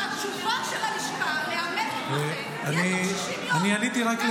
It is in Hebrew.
שהתשובה של הלשכה לאמן מתמחה תהיה תוך 60 יום --- שנה לא